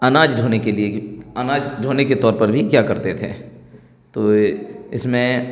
اناج ڈھونے کے لیے اناج ڈھونے کے طور پر بھی کیا کرتے تھے تو یہ اس میں